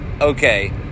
okay